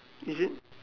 is it